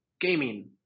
gaming